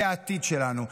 זה העתיד שלנו.